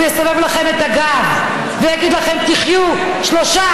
יסובב לכם את הגב ויגיד לכם: תחיו שלושה,